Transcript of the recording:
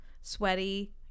sweaty